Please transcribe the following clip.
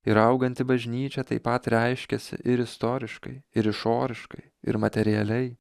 ir auganti bažnyčia taip pat reiškiasi ir istoriškai ir išoriškai ir materialiai